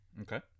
Okay